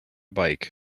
bike